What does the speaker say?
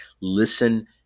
listen